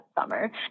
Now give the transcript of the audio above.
summer